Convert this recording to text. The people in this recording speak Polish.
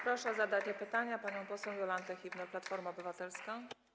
Proszę o zadanie pytania panią poseł Jolantę Hibner, Platforma Obywatelska.